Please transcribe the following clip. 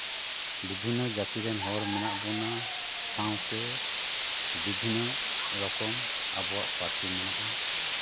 ᱵᱤᱵᱷᱤᱱᱱᱚ ᱡᱟᱹᱛᱤ ᱨᱮᱱ ᱦᱚᱲ ᱢᱮᱱᱟᱜ ᱵᱚᱱᱟ ᱥᱟᱶᱛᱮ ᱵᱤᱵᱷᱤᱱᱱᱚ ᱨᱚᱠᱚᱢ ᱟᱵᱚᱣᱟᱜ ᱯᱟᱹᱨᱥᱤ ᱢᱮᱱᱟᱜᱼᱟ